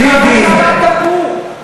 ביבי,